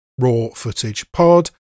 rawfootagepod